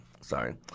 Sorry